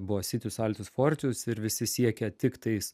buvo citius altius fortius ir visi siekė tiktais